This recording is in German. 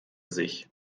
sich